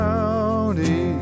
County